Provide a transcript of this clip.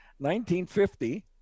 1950